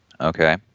okay